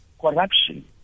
corruption